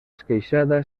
esqueixada